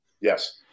yes